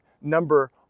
number